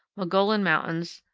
mogollon mountains,